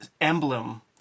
emblem